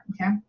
Okay